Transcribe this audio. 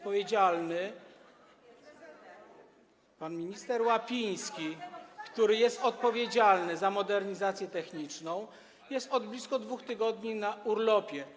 Pan minister Łapiński, który jest odpowiedzialny za modernizację techniczną, jest od blisko 2 tygodni na urlopie.